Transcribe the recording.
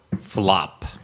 Flop